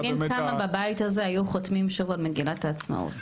מעניין כמה בבית הזה היו חותמים שוב על מגילת העצמאות.